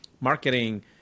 marketing